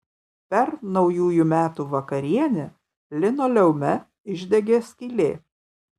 per naujųjų metų vakarienę linoleume išdegė skylė